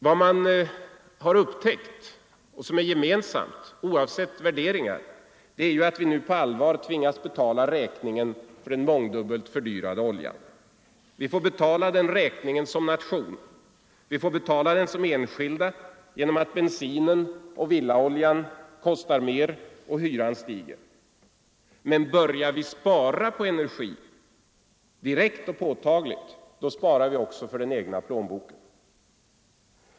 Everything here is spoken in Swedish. Vad man har upptäckt och som är gemensamt, oavsett värderingar, är ju att vi nu på allvar tvingas betala räkningen för den mångdubbelt fördyrade oljan. Vi får betala den räkningen som nation. Vi får betala den som enskilda genom att bensinen och villaoljan kostar mer och hyran stiger. Men börjar vi spara energi nu, sparar vi direkt och påtagligt för den egna plånboken.